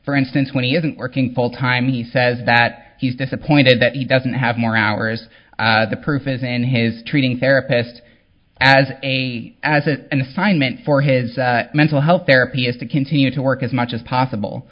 for instance when he isn't working full time he says that he's disappointed that he doesn't have more hours the proof is in his treating therapist as a as a an assignment for his mental health therapy is to continue to work as much as possible